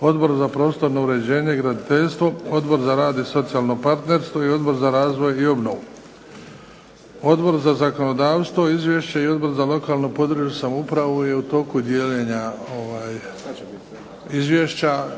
Odbor za prostorno uređenje i graditeljstvo, Odbor za rad i socijalno partnerstvo i Odbor za razvoj i obnovu. Izvješće Odbora za zakonodavstvo i Odbora za lokalnu i područnu samoupravu je u tijeku dijeljenja,